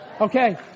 Okay